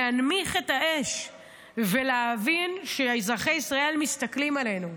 להנמיך את האש ולהבין שאזרחי ישראל מסתכלים עלינו.